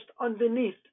underneath